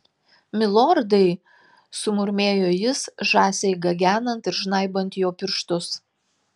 milordai sumurmėjo jis žąsiai gagenant ir žnaibant jo pirštus